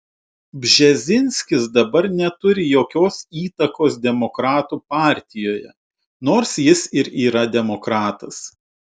bžezinskis dabar neturi jokios įtakos demokratų partijoje nors jis ir yra demokratas